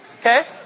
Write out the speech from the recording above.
Okay